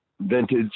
vintage